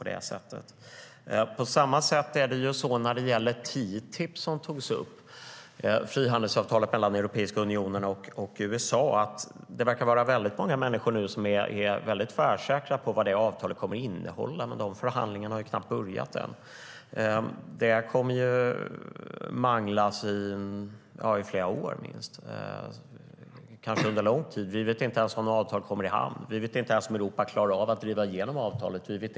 På samma sätt är det med TTIP, frihandelsavtalet mellan Europeiska unionen och USA. Nu verkar många vara tvärsäkra på vad avtalet kommer att innehålla, men förhandlingarna har knappt börjat. Frågan kommer att manglas under lång tid, under flera år. Vi vet inte om något avtal kommer att ros i hamn. Vi vet inte om Europa klarar av att driva igenom avtalet.